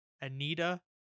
Anita